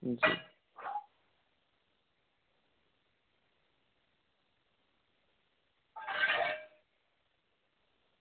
जी